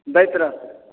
दैत रहबै